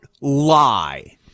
lie